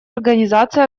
организации